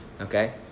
Okay